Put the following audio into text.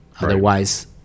otherwise